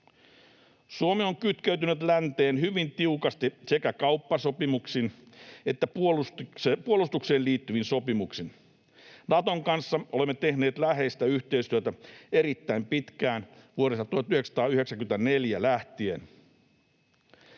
Suomi on kytkeytynyt länteen hyvin tiukasti sekä kauppasopimuksin että puolustukseen liittyvin sopimuksin. Naton kanssa olemme tehneet läheistä yhteistyötä erittäin pitkään, vuodesta 1994 lähtien.